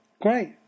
Great